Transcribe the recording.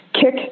kick